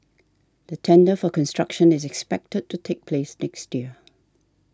the tender for construction is expected to take place next year